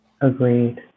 Agreed